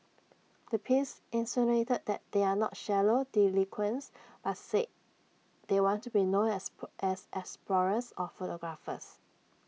the piece insinuated that they are not shallow delinquents but said they want to be known as as explorers or photographers